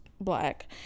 Black